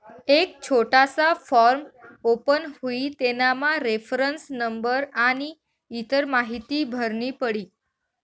एक छोटासा form open हुई तेनामा रेफरन्स नंबर आनी इतर माहीती भरनी पडी